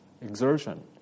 Exertion